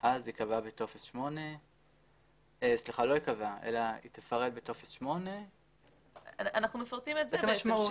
אז היא תפרט בטופס 8. אנחנו נכתוב את זה גם שם.